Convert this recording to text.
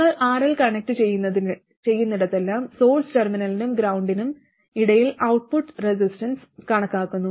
നിങ്ങൾ RL connect ചെയ്യുന്നിടത്തെല്ലാം source ടെർമിനലിനും ഗ്രൌണ്ടിനും ഇടയിൽ ഔട്ട്പുട്ട് റെസിസ്റ്റൻസ് കണക്കാക്കുന്നു